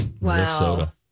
Minnesota